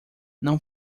não